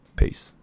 peace